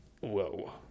Whoa